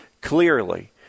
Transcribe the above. clearly